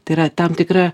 tai yra tam tikra